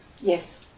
yes